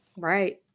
right